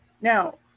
now